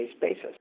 basis